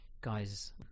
guys